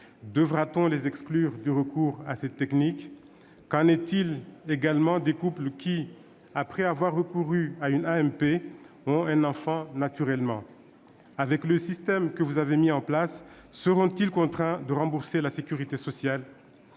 Devra-t-on les exclure du recours à cette technique ? Qu'en sera-t-il également des couples qui, après avoir recouru à une AMP, ont un enfant naturellement ? Avec le système que vous avez mis en place, seront-ils contraints de rembourser la sécurité sociale ?